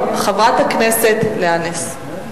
חברת הכנסת לאה נס,